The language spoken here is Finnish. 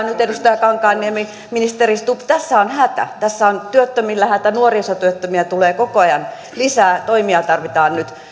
nyt kuulkaa edustaja kankaanniemi ministeri stubb hätä tässä on työttömillä hätä nuorisotyöttömiä tulee koko ajan lisää toimia tarvitaan nyt